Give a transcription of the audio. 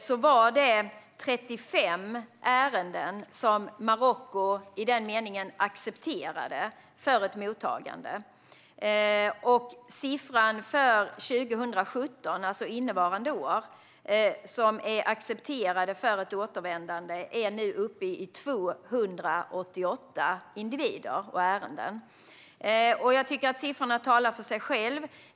Då var det 35 ärenden som Marocko i den meningen accepterade för ett mottagande. Siffran för 2017, alltså innevarande år, som är accepterade för ett återvändande är nu uppe i 288 individer och ärenden. Jag tycker att siffrorna talar för sig själva.